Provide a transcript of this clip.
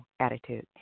attitude